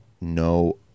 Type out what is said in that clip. no